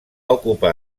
ocupar